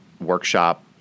workshop